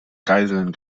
geiseln